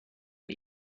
هیچ